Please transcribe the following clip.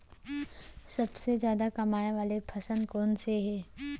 सबसे जादा कमाए वाले फसल कोन से हे?